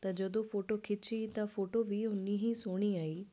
ਤਾਂ ਜਦੋਂ ਫੋਟੋ ਖਿੱਚੀ ਤਾਂ ਫੋਟੋ ਵੀ ਓਨੀ ਹੀ ਸੋਹਣੀ ਆਈ